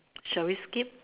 shall we skip